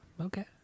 Okay